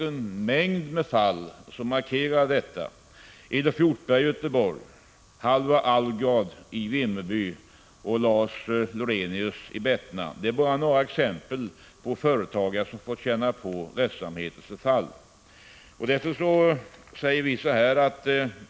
En mängd fall markerar detta. Elof Hjortberg i Göteborg, Halvar Alvgård i Vimmerby och Lars Lorenius i Bettna är bara några exempel på företagare som fått känna på rättssamhällets förfall.